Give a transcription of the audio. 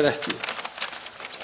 eða ekki,